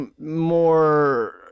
more